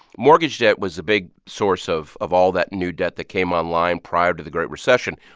mortgage debt was a big source of of all that new debt that came online prior to the great recession.